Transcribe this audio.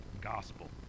gospel